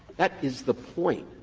that is the point.